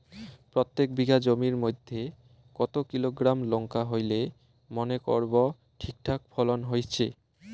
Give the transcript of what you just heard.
প্রত্যেক বিঘা জমির মইধ্যে কতো কিলোগ্রাম লঙ্কা হইলে মনে করব ঠিকঠাক ফলন হইছে?